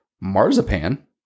marzipan